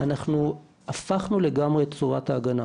אנחנו הפכנו לגמרי את צורת ההגנה.